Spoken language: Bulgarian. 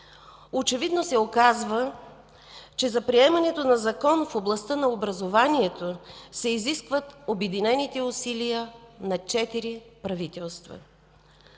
Очевидно се оказа, че за приемането на закон в областта на образованието се изискват обединените усилия на четири правителства